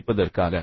வைப்பதற்காக